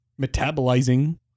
metabolizing